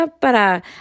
para